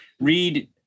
Read